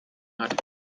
hat